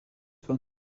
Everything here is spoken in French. van